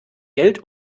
geld